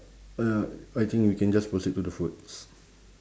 uh I think we can just proceed to the foods